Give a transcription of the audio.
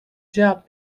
cevap